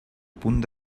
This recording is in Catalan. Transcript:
punt